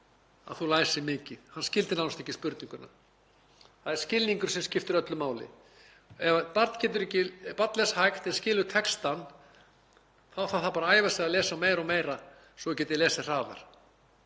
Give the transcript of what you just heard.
að þú læsir mikið. Hann skildi nánast ekki spurninguna. Það er skilningurinn sem skiptir öllu máli. Ef barn les hægt en skilur textann þá þarf það bara að æfa sig í að lesa meira og meira svo það geti lesið hraðar.